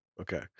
okay